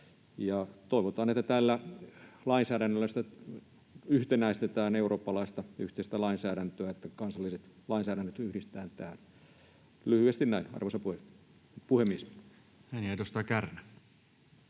Toivotaan, että tällä lainsäädännöllä yhtenäistetään yhteistä eurooppalaista lainsäädäntöä, niin että kansalliset lainsäädännöt yhdistetään tähän. — Lyhyesti näin, arvoisa puhemies. Näin. — Ja edustaja Kärnä.